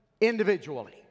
individually